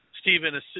Stephen